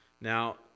Now